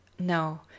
No